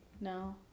no